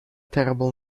terrible